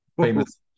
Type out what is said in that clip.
famous